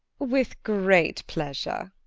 with great pleasure.